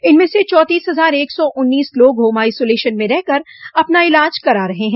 इसमें से चौंतीस हजार एक सौ उन्नीस लोग होम आइसोलेशन में रहकर अपना इलाज करा रहे हैं